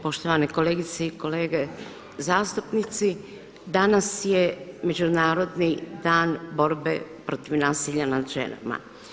Poštovane kolegice i kolege zastupnici danas je Međunarodni dan borbe protiv nasilja nad ženama.